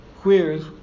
queers